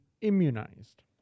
immunized